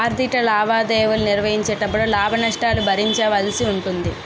ఆర్ధిక లావాదేవీలు నిర్వహించేటపుడు లాభ నష్టాలను భరించవలసి ఉంటాది